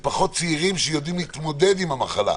שיש פחות צעירים שיודעים להתמודד עם המחלה,